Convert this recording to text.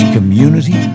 Community